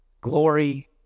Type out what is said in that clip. glory